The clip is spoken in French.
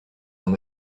n’en